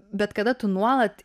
bet kada tu nuolat